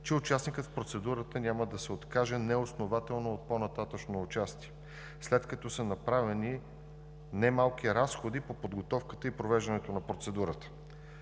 че участникът в процедурата няма да се откаже неоснователно от по-нататъшно участие, след като са направени немалко разходи по подготовката и провеждането на процедурата.